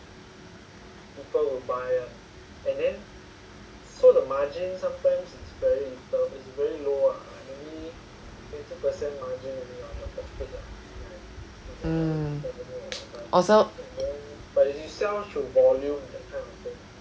mm also